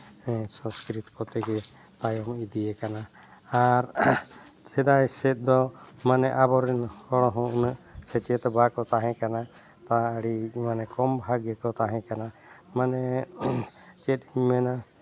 ᱥᱚᱝᱥᱠᱨᱤᱛ ᱠᱚᱛᱮᱜᱮ ᱛᱟᱭᱚᱢ ᱤᱫᱤ ᱠᱟᱱᱟ ᱟᱨ ᱥᱮᱫᱟᱭ ᱥᱮᱫ ᱫᱚ ᱢᱟᱱᱮ ᱟᱵᱚᱨᱮᱱ ᱦᱚᱲ ᱦᱚᱸ ᱩᱱᱟᱹᱜ ᱥᱮᱪᱮᱫ ᱵᱟᱠᱚ ᱛᱟᱦᱮᱸ ᱠᱟᱱᱟ ᱛᱟ ᱟᱹᱰᱤ ᱠᱚᱢ ᱵᱷᱟᱜᱽ ᱜᱮᱠᱚ ᱛᱟᱦᱮᱸ ᱠᱟᱱᱟ ᱢᱟᱱᱮ ᱪᱮᱫ ᱤᱧ ᱢᱮᱱᱟ